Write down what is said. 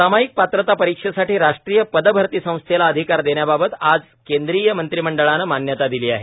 सामायिक पात्रता परीक्षीसाठी राष्ट्रीय पदभरती संस्थेला अधिकार देण्याबाबत आज केंद्रीय मंत्रिमंडळानं मान्यता दिली आहे